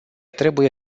trebuie